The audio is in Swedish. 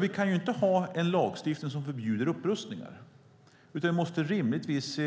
Vi kan inte ha en lagstiftning som förbjuder upprustningar, utan vi måste rimligtvis